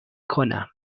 کنم